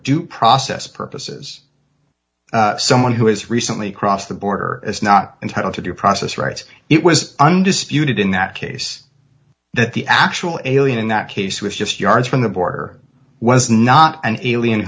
due process purposes someone who has recently crossed the border is not entitled to due process rights it was undisputed in that case that the actual alien in that case was just yards from the border was not an alien